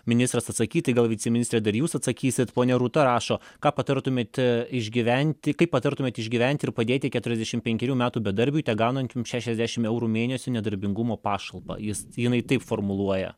ministras atsakyti gal viceministre dar jūs atsakysit ponia rūta rašo ką patartumėt išgyventi kaip patartumėt išgyventi ir padėti keturiasdešimt penkerių metų bedarbiui tegaunančiam šešiasdešimt eurų mėnesio nedarbingumo pašalpą jis jinai taip formuluoja